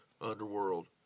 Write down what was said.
Underworld